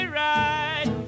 right